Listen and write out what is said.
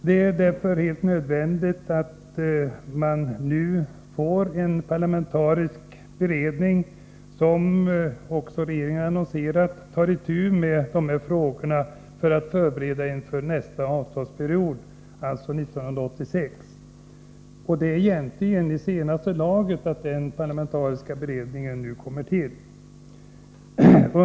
Det är därför helt nödvändigt att man nu får en parlamentarisk beredning — som regeringen också har annonserat — vilken tar itu med dessa frågor för att förbereda nästa avtalsperiod, 1986. Det är egentligen i senaste laget att den parlamentariska beredningen kommer till nu.